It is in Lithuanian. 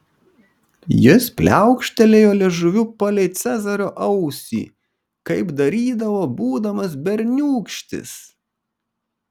jis pliaukštelėjo liežuviu palei cezario ausį kaip darydavo būdamas berniūkštis